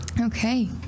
okay